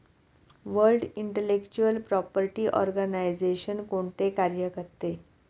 World Intellectual Property Organization कोणते कार्य करते?